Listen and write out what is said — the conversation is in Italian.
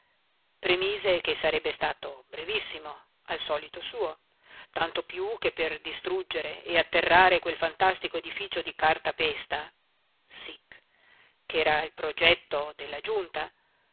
premise che sarebbe stato brevissimo al solito suo tanto piú che per distruggere e atterrare quel fantastico edificio di cartapesta sic ch'era il progetto della giunta